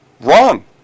Wrong